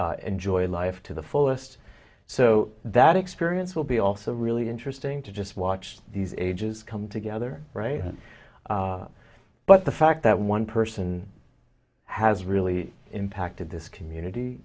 know enjoy life to the fullest so that experience will be also really interesting to just watch these ages come together but the fact that one person has really impacted this community